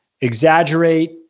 exaggerate